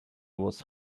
was